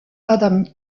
adam